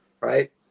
right